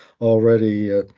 already –